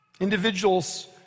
individuals